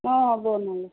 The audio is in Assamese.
অঁ হ'ব নহ'লে